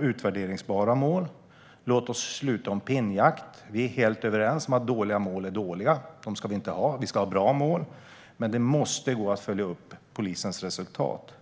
utvärderbara mål. Låt oss sluta med pinnjakt. Vi är helt överens om att dåliga mål är dåliga; dem ska vi inte ha. Vi ska ha bra mål. Men det måste gå att följa upp polisens resultat.